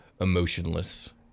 emotionless